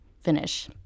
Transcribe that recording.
finish